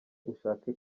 ushake